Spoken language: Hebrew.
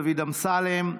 דוד אמסלם,